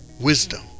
wisdom